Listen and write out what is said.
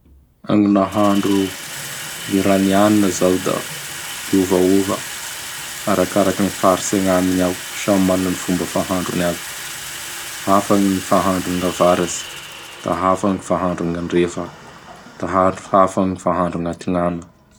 Amin nahandro Iranianina zao da miovaova arakaraky gn faritsy agnaminy ao. Samy mana ny fomba fahandrony aby. Hafa gn fahandron Avaratsy; da hafa gn fahandron gn'Andrefa; da hafa gn fahandron Atignana.